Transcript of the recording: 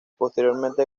posteriormente